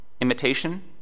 imitation